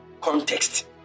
context